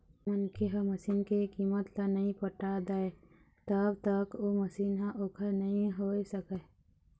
मनखे ह मसीन के कीमत ल नइ पटा दय तब तक ओ मशीन ह ओखर नइ होय सकय